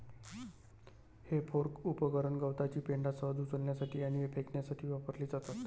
हे फोर्क उपकरण गवताची पेंढा सहज उचलण्यासाठी आणि फेकण्यासाठी वापरली जातात